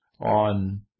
on